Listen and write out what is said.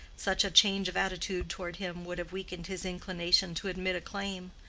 such a change of attitude toward him would have weakened his inclination to admit a claim.